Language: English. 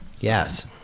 Yes